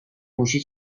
موشه